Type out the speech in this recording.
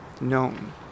Known